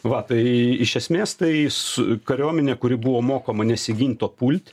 va tai iš esmės tai su kariuomenė kuri buvo mokoma nesigint o pult